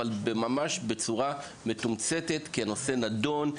אבל ממש בצורה מתומצתת כי הנושא נדון,